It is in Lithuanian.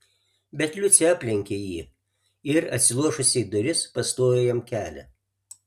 bet liucė aplenkė jį ir atsilošusi į duris pastojo jam kelią